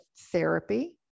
therapy